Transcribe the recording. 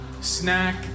Snack